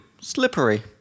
Slippery